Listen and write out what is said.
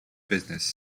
business